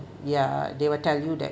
ya they will tell you that